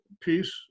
peace